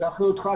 זו אחריותך,